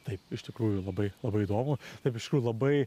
taip iš tikrųjų labai labai įdomu taip iš tikrųjų labai